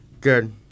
Good